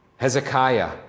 Hezekiah